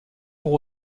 pour